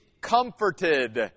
comforted